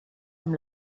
amb